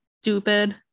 stupid